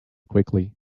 quickly